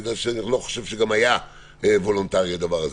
בגלל שאני לא חושב שגם היה וולונטרי הדבר הזה.